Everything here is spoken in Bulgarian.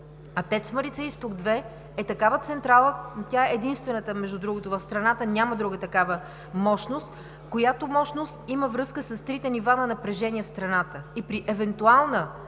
ТЕЦ „Марица изток 2“ е такава централа – тя е единствената, между другото, в страната няма друга такава мощност, която има връзка с трите нива на напрежение в страната и при евентуална